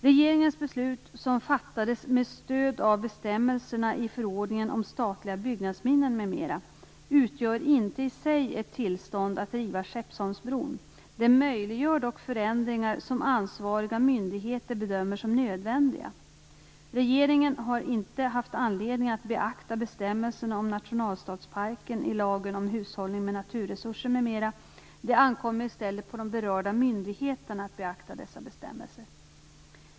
Regeringens beslut, som fattades med stöd av bestämmelserna i förordningen om statliga byggnadsminnen m.m. , utgör inte i sig ett tillstånd att riva Skeppsholmsbron. Det möjliggör dock förändringar som ansvariga myndigheter bedömer som nödvändiga. Regeringen har inte haft anledning att beakta bestämmelserna om nationalstadsparken i lagen om hushållning med naturresurser m.m. Det ankommer i stället på de berörda myndigheterna att beakta dessa bestämmelser.